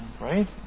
right